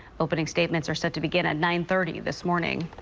opening statements are set to begin at nine thirty this morning.